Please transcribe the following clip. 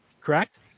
correct